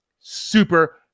super